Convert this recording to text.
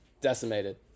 decimated